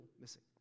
missing